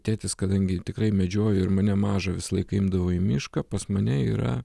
tėtis kadangi tikrai medžiojo ir mane mažą visą laiką imdavo į mišką pas mane yra